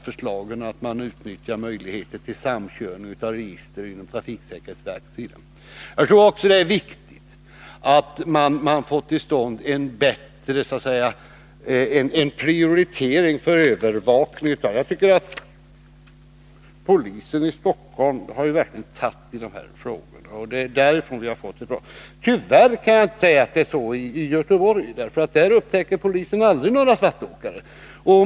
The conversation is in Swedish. Förslaget att utnyttja möjligheterna till samkörning av register inom trafiksäkerhetsverket är bra. Jag tror också att det är viktigt att få till stånd en bättre prioritering för övervakningen. Polisen i Stockholm har verkligen tagit tag i de här frågorna. Tyvärr kan jag inte säga att det är så i Göteborg. Där upptäcker polisen aldrig några svartåkare.